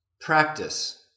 practice